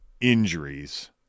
injuries